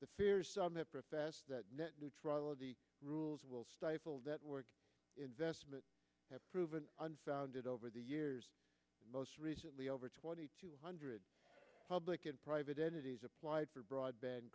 the fears that profess that net neutrality rules will stifle that work investment have proven unfounded over the years most recently over twenty two hundred public and private entities applied for broadband